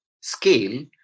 scale